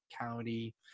County